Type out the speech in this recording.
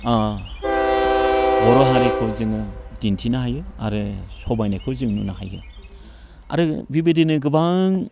बर' हारिखौ जोङो दिन्थिनो हायो आरो समायनायखौ जों नुनो हायो आरो बेबायदिनो गोबां